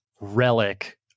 relic